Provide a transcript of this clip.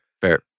fair